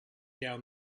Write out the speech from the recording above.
down